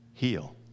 Heal